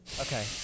Okay